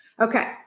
Okay